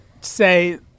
say